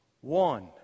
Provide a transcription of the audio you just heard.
one